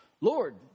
Lord